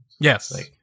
Yes